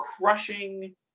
crushing